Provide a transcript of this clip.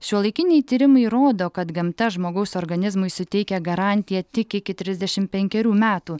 šiuolaikiniai tyrimai rodo kad gamta žmogaus organizmui suteikia garantiją tik iki trisdešimt penkerių metų